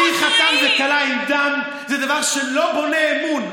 להוציא חתן וכלה עם דם זה דבר שלא בונה אמון.